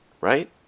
Right